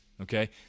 Okay